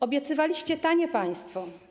Obiecywaliście tanie państwo.